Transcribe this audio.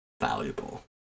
valuable